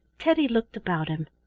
teddy looked about him.